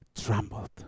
trembled